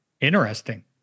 Interesting